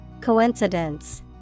Coincidence